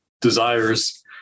desires